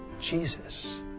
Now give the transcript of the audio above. Jesus